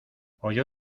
oyó